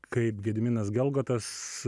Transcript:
kaip gediminas gelgotas